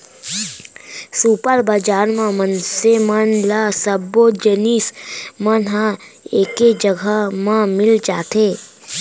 super बजार म मनसे मन ल सब्बो जिनिस मन ह एके जघा म मिल जाथे